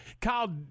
Kyle